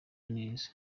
neza